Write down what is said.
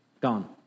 Gone